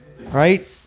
right